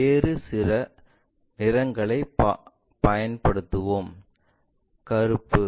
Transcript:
வேறு சில நிறங்களைப் பயன்படுத்துவோம் கருப்பு